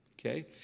Okay